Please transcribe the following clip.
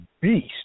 beast